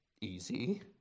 Easy